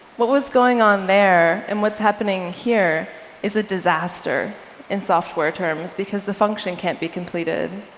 what was going on there and what's happening here is a disaster in software terms, because the function can't be completed.